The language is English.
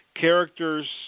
characters